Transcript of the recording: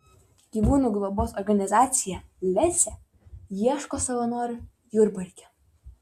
gyvūnų globos organizacija lesė ieško savanorių jurbarke